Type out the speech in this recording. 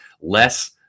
less